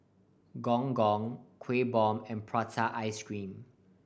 Gong Gong Kuih Bom and prata ice cream